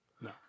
No